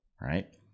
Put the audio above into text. right